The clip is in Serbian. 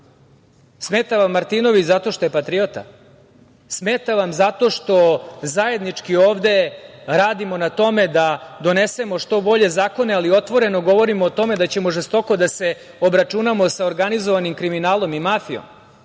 Smeta vam Martinović zato što je patriota? Smeta vam zato što zajednički ovde radimo na tome da donesemo što bolje zakone, ali otvoreno govorimo o tome da ćemo žestoko da se obračunamo sa organizovanim kriminalom i mafijom,